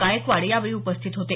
गायकवाड यावेळी उपस्थित होते